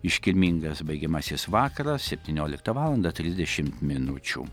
iškilmingas baigiamasis vakaras septynioliktą valandą trisdešimt minučių